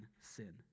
sin